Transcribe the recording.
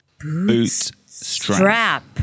Bootstrap